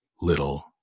little